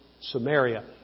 Samaria